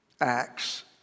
acts